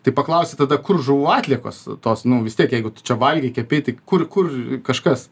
tai paklausi tada kur žuvų atliekos tos nu vis tiek jeigu čia valgei kvepei tai kur kur kažkas